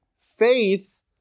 faith